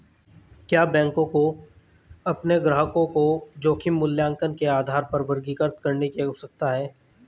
क्या बैंकों को अपने ग्राहकों को जोखिम मूल्यांकन के आधार पर वर्गीकृत करने की आवश्यकता है?